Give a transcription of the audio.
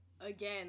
again